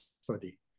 study